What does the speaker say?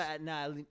Nah